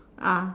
ah